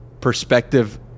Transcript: perspective